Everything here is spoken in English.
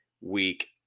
week